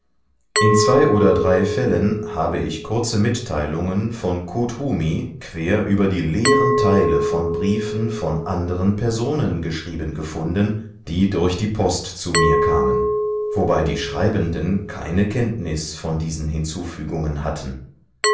in zwei oder drei fällen habe ich kurze mitteilungen von koot hoomi quer über die leeren teile von briefen von anderen personen geschrieben gefunden die durch die post zu mir kamen wobei die schreibenden keine kenntnis von diesen hinzufügungen hatten